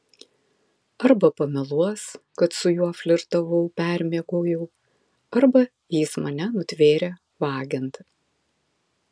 arba pameluos kad su juo flirtavau permiegojau arba jis mane nutvėrė vagiant